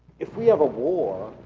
if we have a war,